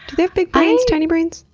do they have big brains. tiny brains?